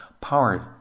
powered